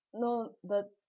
no but